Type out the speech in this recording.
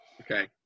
Okay